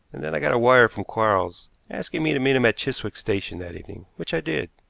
and then i got a wire from quarles asking me to meet him at chiswick station that evening, which i did.